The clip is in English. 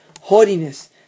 haughtiness